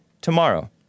tomorrow